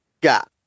got